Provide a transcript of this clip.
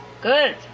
Good